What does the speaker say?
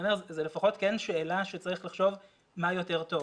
אני אומר שזו לפחות כן שאלה שצריך לחשוב מה יותר טוב.